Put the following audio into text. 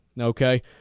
Okay